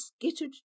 skittered